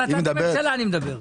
על החלטת הממשלה אני מדבר.